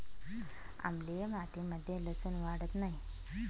आम्लीय मातीमध्ये लसुन वाढत नाही